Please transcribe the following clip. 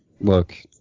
Look